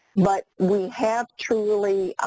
but we have to really,